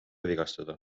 vigastada